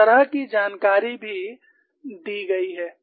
उस तरह की जानकारी भी दी गई है